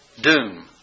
doom